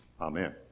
Amen